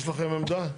יש לכם עמדה?